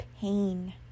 pain